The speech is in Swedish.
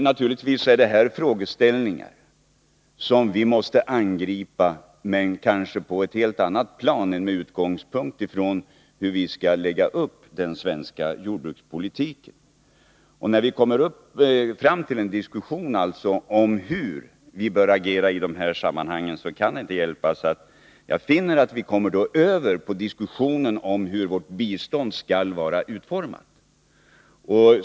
Naturligtvis är det här frågeställningar som vi måste angripa men kanske på ett helt annat plan än med utgångspunkt i hur vi skall lägga upp den svenska jordbrukspolitiken. När vi kommer fram till en diskussion om hur vi bör agera i de här sammanhangen, kan det inte hjälpas att jag finner att vi då kommer över på en diskussion om hur vårt bistånd skall vara utformat.